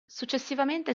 successivamente